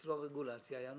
שאצלו רגולציה היה נושא.